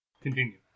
Continue